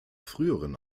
früheren